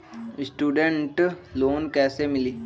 Student loan कैसे मिली?